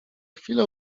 chwilę